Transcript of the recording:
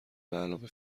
بعلاوه